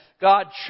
God